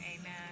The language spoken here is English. Amen